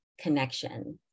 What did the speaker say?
connection